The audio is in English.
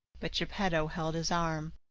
but geppetto held his arm.